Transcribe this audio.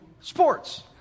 sports